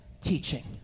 teaching